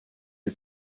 est